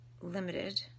limited